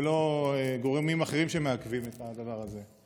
ולא גורמים אחרים שמעכבים את הדבר הזה.